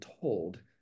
told